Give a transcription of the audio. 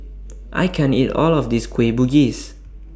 I can't eat All of This Kueh Bugis